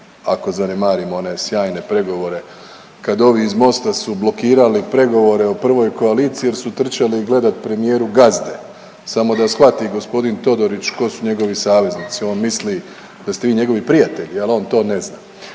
ako zanemarimo one sjajne pregovore kad ovi iz MOST-a su blokirali pregovore o prvoj koaliciji jer su trčali gledat premijeru Gazde, samo da shvati gospodin Todorić tko su njegovi savezni, on misli da ste vi njegovi prijatelji jel to on ne zna.